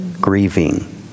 grieving